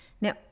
Now